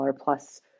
plus